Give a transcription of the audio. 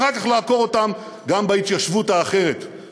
ואחר כך לעקור אותם גם בהתיישבות האחרת,